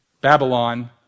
Babylon